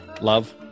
Love